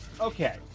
Okay